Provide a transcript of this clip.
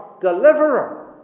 deliverer